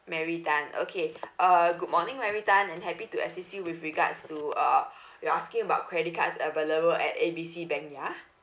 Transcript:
mary tan okay err good morning mary tan and happy to assist you with regards to uh you're asking about credit cards available at A B C bank ya